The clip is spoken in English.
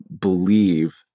believe